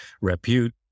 repute